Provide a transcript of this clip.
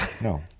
No